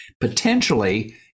potentially